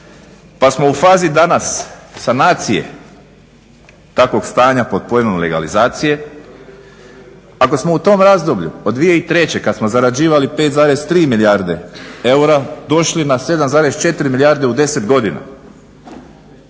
pa smo u fazi danas sanacije takvog stanja pod pojmom legalizacije. Ako smo u tom razdoblju od 2003. kad smo zarađivali 5,3 milijarde eura došli na 7,4 milijarde u 10 godina